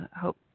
hope